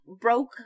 broke